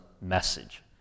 message